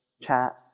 chat